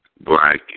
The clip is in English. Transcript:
black